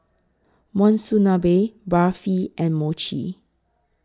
Monsunabe Barfi and Mochi